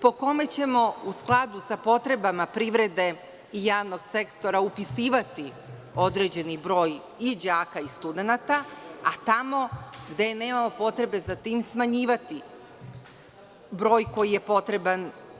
po kome ćemo, u skladu sa potrebama privrede i javnog sektora, upisivati određeni broj i đaka i studenata, a tamo gde nemamo potrebe za tim smanjivati broj koji je potreban.